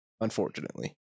unfortunately